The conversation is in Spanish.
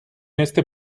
este